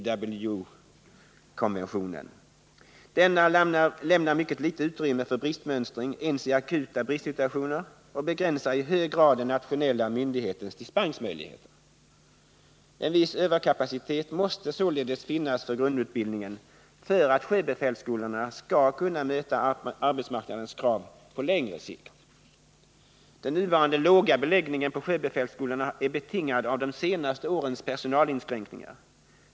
Denna lämnar mycket litet utrymme för bristmönstring — inte ens i akuta bristsituationer kan sådan komma till användning och begränsar i hög grad den nationella myndighetens dispensmöjligheter. En viss överkapacitet måste således finnas för grundutbildningen för att sjöbefälsskolorna skall kunna möta arbetsmarknadens krav på längre sikt. Den nuvarande låga beläggningen på sjöbefälsskolorna är betingad av de senaste årens personalinskränkningar.